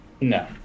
No